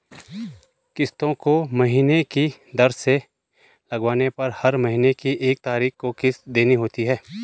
किस्तों को महीने की दर से लगवाने पर हर महीने की एक तारीख को किस्त देनी होती है